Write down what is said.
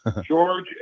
George